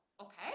Okay